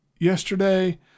yesterday